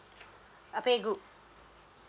uh playgroup